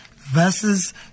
versus